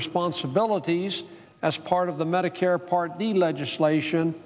responsibilities as part of the medicare part the legislation